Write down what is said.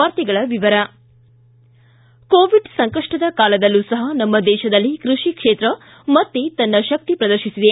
ವಾರ್ತೆಗಳ ವಿವರ ಕೋವಿಡ್ ಸಂಕಷ್ಷದ ಕಾಲದಲ್ಲೂ ಸಹ ನಮ್ಮ ದೇಶದಲ್ಲಿ ಕೃಷಿ ಕ್ಷೇತ್ರ ಮತ್ತೆ ತನ್ನ ಶಕ್ತಿ ಪ್ರದರ್ಶಿಸಿದೆ